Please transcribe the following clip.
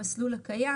המסלול הקיים.